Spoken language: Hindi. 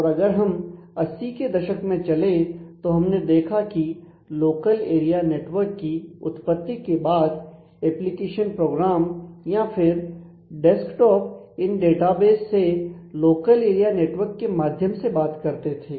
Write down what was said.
और अगर हम 80 के दशक में चलें तो हमने देखा की लोकल एरिया नेटवर्क की उत्पत्ति के बाद एप्लीकेशन प्रोग्राम या फिर डेस्कटॉप इन डेटाबेस से लोकल एरिया नेटवर्क के माध्यम से बात करते थे